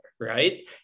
Right